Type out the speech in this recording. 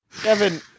Kevin